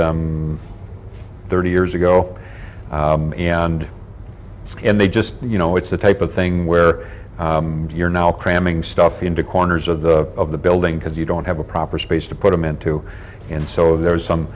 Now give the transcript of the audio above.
them thirty years ago and then they just you know it's the type of thing where you're now cramming stuff into corners of the of the building because you don't have a proper space to put them into and so there is some